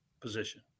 position